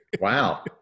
Wow